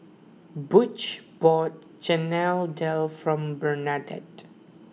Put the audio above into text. Butch bought Chana Dal for Bernadette